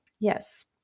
Yes